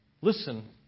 Listen